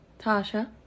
Tasha